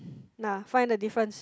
nah find the difference